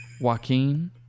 Joaquin